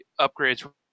upgrades